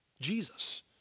Jesus